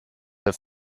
der